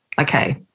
Okay